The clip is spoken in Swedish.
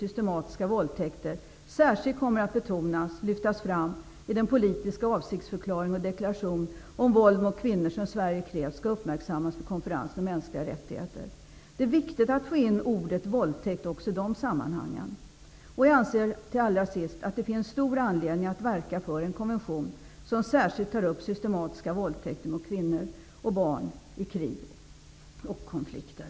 systematiska våldtäkter, särskilt kommer att betonas och lyftas fram i den politiska avsiktsförklaring och deklaration om våld mot kvinnor som Sverige har krävt skall uppmärksammas vid konferensen om de mänskliga rättigheterna. Det är viktigt att få in ordet våldtäkt även i de sammanhangen. Allra sist anser jag att det finns stor anledning att verka för en konvention som särskilt tar upp systematiska våldtäkter mot kvinnor och barn i krig och konflikter.